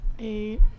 Eight